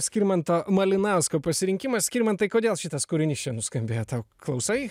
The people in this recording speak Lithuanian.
skirmanto malinausko pasirinkimas skirmantai kodėl šitas kūrinys čia nuskambėjo tau klausai